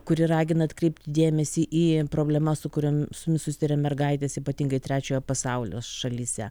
kuri ragina atkreipti dėmesį į problemas su kuriomis susiduria mergaitės ypatingai trečiojo pasaulio šalyse